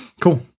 Cool